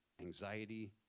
anxiety